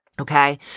Okay